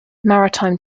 maritime